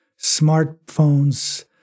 Smartphones